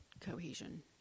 cohesion